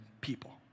people